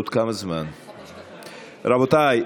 רבותיי,